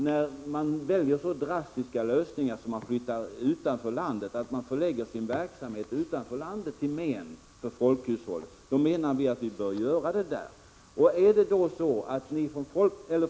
När människor väljer så drastiska lösningar som att flytta och förlägga sin verksamhet utanför landet, till men för folkhushållet, bör deras skatter förändras.